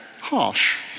harsh